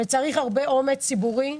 וצריך הרבה אומץ ציבורי,